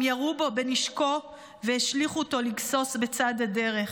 הם ירו בו בנשקו והשליכו אותו לגסוס בצד הדרך.